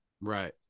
Right